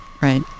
right